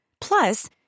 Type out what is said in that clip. Plus